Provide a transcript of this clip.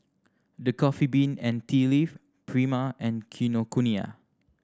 The Coffee Bean and Tea Leaf Prima and Kinokuniya